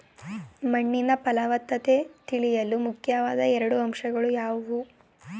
ಮಣ್ಣಿನ ಫಲವತ್ತತೆ ತಿಳಿಯಲು ಮುಖ್ಯವಾದ ಎರಡು ಅಂಶಗಳು ಯಾವುವು?